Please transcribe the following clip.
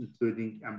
including